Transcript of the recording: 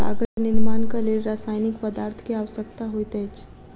कागज निर्माणक लेल रासायनिक पदार्थ के आवश्यकता होइत अछि